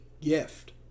gift